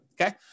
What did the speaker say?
Okay